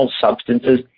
substances